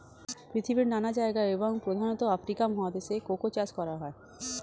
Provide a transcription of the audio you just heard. পৃথিবীর নানা জায়গায় এবং প্রধানত আফ্রিকা মহাদেশে কোকো চাষ করা হয়